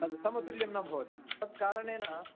तद् समतुल्यं न भवति तत् कारणेन